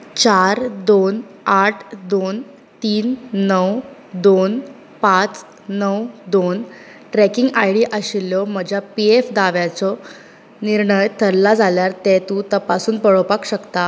चार दोन आठ दोन तीन णव दोन पांच णव दोन ट्रॅकिंग आय डी आशिल्लो म्हज्या पी एफ दाव्याचो निर्णय थरला जाल्यार तें तूं तपासून पळोवपाक शकता